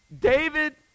David